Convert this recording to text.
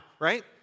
right